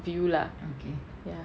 view lah ya